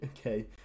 okay